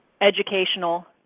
educational